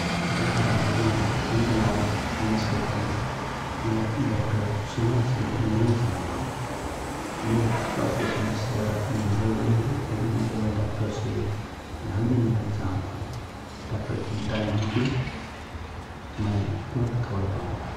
राम राम मय नन्दलाल मसकत हौ । मय डक्टर सुमन से मिलन चाहत हौ । मिर स्वास्थ्य समस्या मे गडबडी हए तहिक मारे मय डाक्टर से हल्दी मिलन चाहत हौ । डाक्टर ठिन टाइम हए कि मय तुरन्त खबर पमौ ।